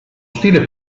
stile